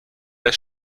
der